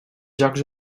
jocs